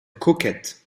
coquette